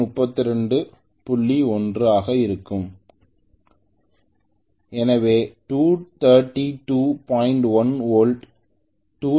1 volt